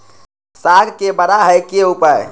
साग के बड़ा है के उपाय?